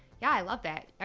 yeah, i love that.